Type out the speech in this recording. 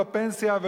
לא פנסיה,